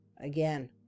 Again